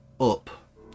up